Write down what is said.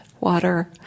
water